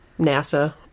NASA